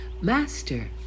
Master